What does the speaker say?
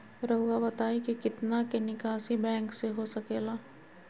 रहुआ बताइं कि कितना के निकासी बैंक से हो सके ला?